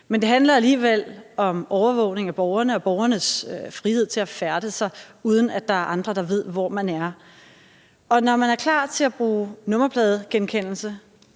Men det handler alligevel om overvågning af borgerne og borgernes frihed til at færdes frit, uden at der er andre, der ved, hvor man er. Når man er klar til at bruge nummerpladegenkendelse